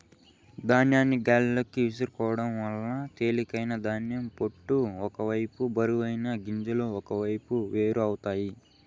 ధాన్యాన్ని గాలిలోకి విసురుకోవడం వల్ల తేలికైన ధాన్యం పొట్టు ఒక వైపు బరువైన గింజలు ఒకవైపు వేరు అవుతాయి